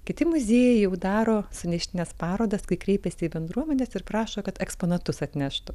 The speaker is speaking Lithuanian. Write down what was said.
kiti muziejai jau daro suneštines parodas kai kreipiasi į bendruomenes ir prašo kad eksponatus atneštų